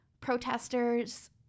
protesters